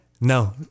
no